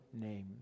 name